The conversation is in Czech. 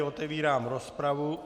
Otevírám rozpravu.